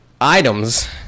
items